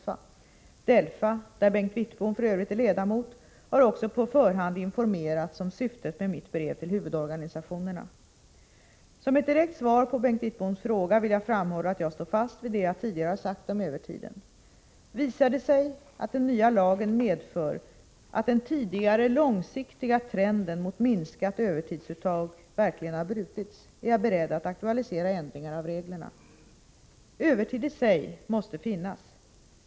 DELFA, där Bengt Wittbom f.ö. är ledamot, har också på förhand informerats om syftet med mitt brev till huvudorganisationerna. Som ett direkt svar på Bengt Wittboms fråga vill jag framhålla att jag står fast vid det jag tidigare har sagt om övertiden. Visar det sig att den nya lagen medför att den tidigare långsiktiga trenden mot minskat övertidsuttag verkligen har brutits, är jag beredd att aktualisera ändringar av reglerna. Övertid i sig måste finnas.